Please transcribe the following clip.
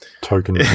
token